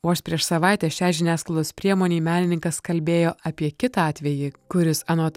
vos prieš savaitę šiai žiniasklaidos priemonei menininkas kalbėjo apie kitą atvejį kuris anot